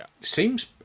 Seems